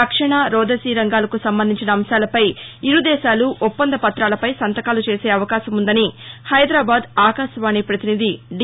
రక్షణ రోదసీ రంగాలకు సంబంధించిన అంశాలపై ఇరుదేశాలు ఒప్పంద పతాలపై సంతకాలు చేసే అవకాశం ఉందని హైదరాబాద్ ఆకాశవాణి ప్రతినిధి డి